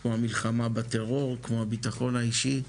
כמו המלחמה בטרור, כמו הביטחון האישי.